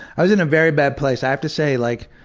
i was in a very bad place. i have to say, like,